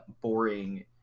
boring